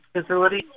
facility